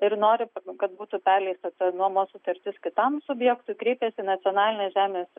ir nori kad būtų perleista ta nuomos sutartis kitam subjektui kreipiasi į nacionalinę žemės